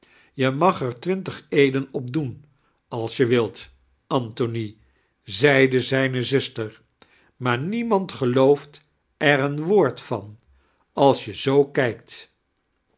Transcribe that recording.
je mag er twintig eeden op doen als je wilt anthony zeide zijne zuster maar niemand gelooft er een woord van als je zoo kijkt